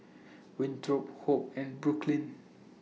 Winthrop Hope and Brooklyn